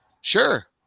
sure